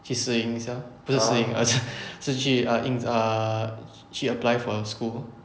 去试映一下不是试映 err 自己去 err 映 err 去 apply for school